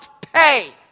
pay